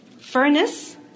Furnace